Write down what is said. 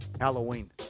Halloween